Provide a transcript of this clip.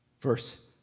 verse